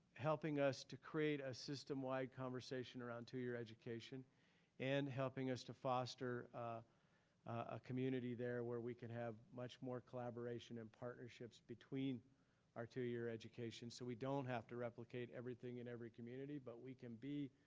helping us to create a system wide conversation around two-year education and helping us to foster a community there where we can have much more collaboration and partnerships between our two-year education so we don't have to replicate everything in every community but we can be,